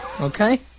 Okay